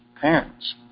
parents